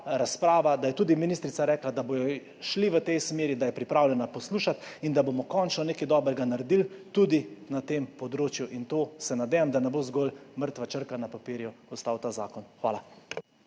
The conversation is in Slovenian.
razprava, da je tudi ministrica rekla, da bodo šli v tej smeri, da je pripravljena poslušati in da bomo končno nekaj dobrega naredili tudi na tem področju. Nadejam se, da ta zakon ne bo ostal zgolj mrtva črka na papirju. Hvala.